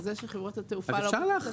לזה שחברות התעופה לא --- אז אפשר להחריג,